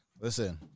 Listen